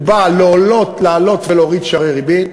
הוא בא להעלות ולהוריד שערי ריבית,